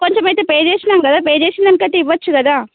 కొంచెం అయితే పే చేసినాం కదా పే చేసిన దానికైతే ఇవ్వచ్చు కదా